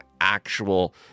actual